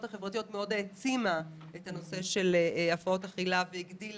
החברתיות מאוד העצימו את הנושא של הפרעות אכילה והגדילו